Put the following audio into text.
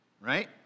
right